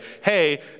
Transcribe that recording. hey